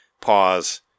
pause